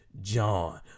John